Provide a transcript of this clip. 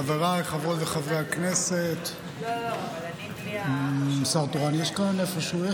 חבריי חברות וחברי הכנסת, שר תורן יש כאן איפשהו?